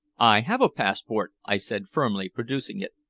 i have a passport, i said firmly, producing it.